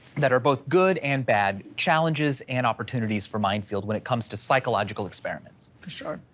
that are both good and bad, challenges and opportunities for mind field when it comes to psychological experiments. sure.